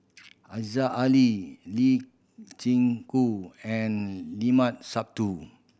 Aziza Ali Lee Chin Koon and Limat Sabtu